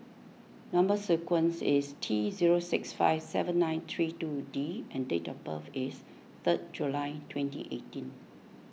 Number Sequence is T zero six five seven nine three two D and date of birth is third July twenty eighteen